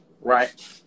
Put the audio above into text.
right